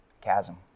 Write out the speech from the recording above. chasm